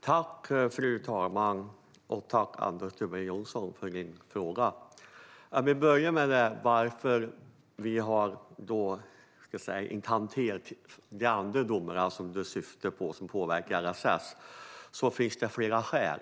Fru talman! Tack, Anders W Jonsson, för din fråga! Vi börjar med varför vi inte har hanterat den andra domen som påverkar LSS. Det finns flera skäl.